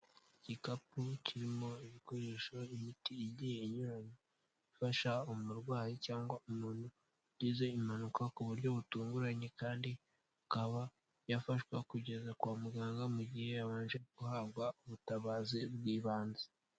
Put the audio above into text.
Igikapu kirimo ibikoresho imiti igiye inyuranye, ifasha umurwayi cyangwa umuntu ugize impanuka ku buryo butunguranye kandi akaba yafashwa kugeza kwa muganga mu gihe abanje guhabwa ubutabazi bw'ibanze.